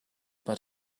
but